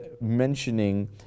mentioning